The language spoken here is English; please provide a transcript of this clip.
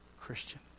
Christian